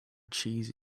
cheese